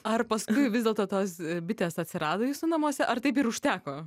ar paskui vis dėlto tos bitės atsirado jūsų namuose ar taip ir užteko